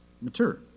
mature